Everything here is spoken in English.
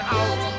out